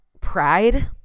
pride